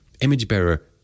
image-bearer